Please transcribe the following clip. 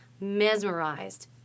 mesmerized